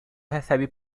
recebe